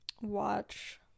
watch